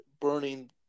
burning